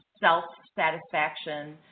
self-satisfaction